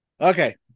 Okay